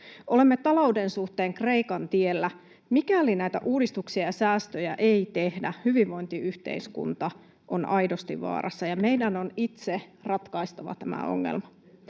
Olemme talouden suhteen Kreikan tiellä. Mikäli näitä uudistuksia ja säästöjä ei tehdä, hyvinvointiyhteiskunta on aidosti vaarassa, ja meidän on itse ratkaistava tämä ongelma.